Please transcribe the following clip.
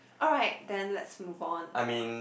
alright then let's move on